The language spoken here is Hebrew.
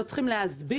לא צריכים להסביר,